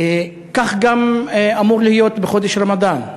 כך גם אמור להיות בחודש הרמדאן.